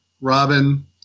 robin